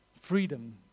freedom